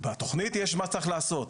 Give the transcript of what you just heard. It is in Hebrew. בתכנית יש מה צריך לעשות.